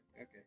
Okay